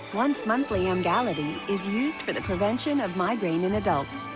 once-monthly emgality is used for the prevention of migraine in adults.